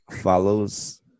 follows